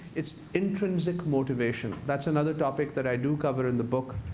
it's intrinsic motivation. that's another topic that i do cover in the book.